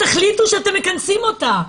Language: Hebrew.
אז תחליטו שאתם מכנסים אותה.